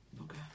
Okay